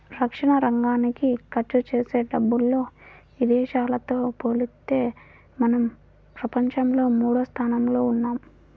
రక్షణరంగానికి ఖర్చుజేసే డబ్బుల్లో ఇదేశాలతో పోలిత్తే మనం ప్రపంచంలో మూడోస్థానంలో ఉన్నాం